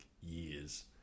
years